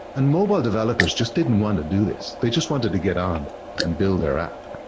and mobile developers just didn't want to do this. they just wanted to get on and build their app.